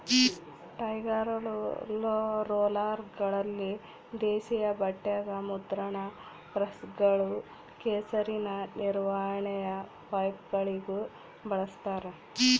ಟೈರ್ಗಳು ರೋಲರ್ಗಳಲ್ಲಿ ದೇಶೀಯ ಬಟ್ಟೆಗ ಮುದ್ರಣ ಪ್ರೆಸ್ಗಳು ಕೆಸರಿನ ನಿರ್ವಹಣೆಯ ಪೈಪ್ಗಳಿಗೂ ಬಳಸ್ತಾರ